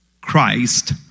Christ